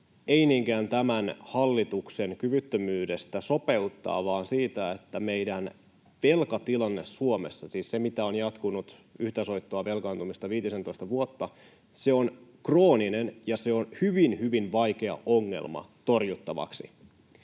niinkään tämän hallituksen kyvyttömyydestä sopeuttaa vaan siitä, että meidän velkatilanne Suomessa — siis se, mitä on jatkunut yhtä soittoa, velkaantumista, viitisentoista vuotta — on krooninen, ja se on hyvin, hyvin vaikea ongelma torjuttavaksi,